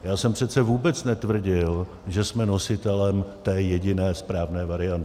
Já jsem přece vůbec netvrdil, že jsme nositelem té jediné správné varianty.